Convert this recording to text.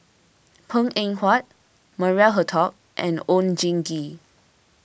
Png Eng Huat Maria Hertogh and Oon Jin Gee